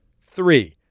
Three